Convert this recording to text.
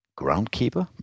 groundkeeper